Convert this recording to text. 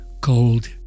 cold